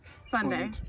Sunday